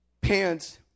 pants